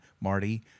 Marty